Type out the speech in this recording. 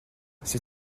ses